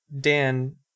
Dan